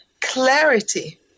clarity